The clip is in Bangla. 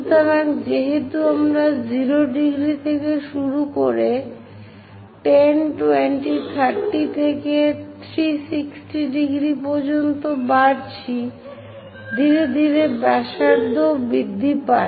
সুতরাং যেহেতু আমরা 0 ° থেকে শুরু করে 10 20 30 থেকে 360° পর্যন্ত বাড়ছি ধীরে ধীরে ব্যাসার্ধও বৃদ্ধি পায়